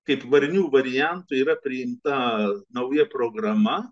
kaip varnių variantui yra priimta nauja programa